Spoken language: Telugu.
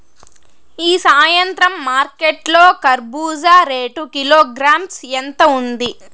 ఈ సాయంత్రం మార్కెట్ లో కర్బూజ రేటు కిలోగ్రామ్స్ ఎంత ఉంది?